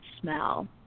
smell